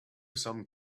some